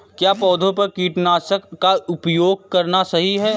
क्या पौधों पर कीटनाशक का उपयोग करना सही है?